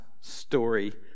story